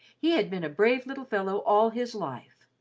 he had been a brave little fellow all his life.